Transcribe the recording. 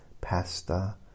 pasta